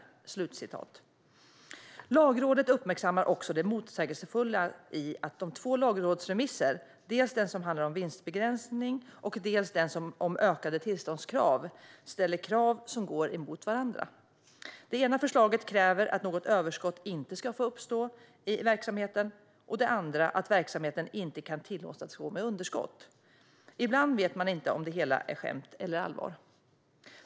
Lagrådet uppmärksammar också det motsägelsefulla i att de två lagrådsremisserna - dels den som handlar om vinstbegränsning, dels den om ökade tillståndskrav - ställer krav som går emot varandra. Det ena förslaget kräver att något överskott inte ska få uppstå i verksamheten och det andra att verksamheten inte kan tillåtas gå med underskott. Ibland vet man inte om det hela är skämt eller allvar.